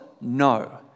no